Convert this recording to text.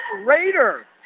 Raider